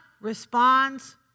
responds